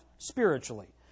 Spiritually